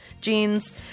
jeans